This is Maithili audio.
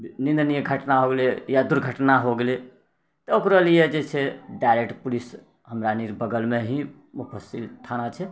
निन्दनीय घटना हो गेलै या दुर्घटना हो गेलै तऽ ओकरो लिए जे छै डायरेक्ट पुलिस हमराअनी बगल मे ही थाना छै